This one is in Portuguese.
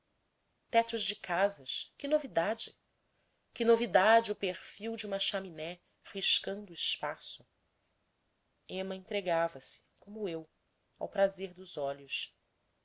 tetos de casas que novidade que novidade o perfil de uma chaminé riscando o espaço ema entregava-se como eu ao prazer dos olhos